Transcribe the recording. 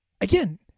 again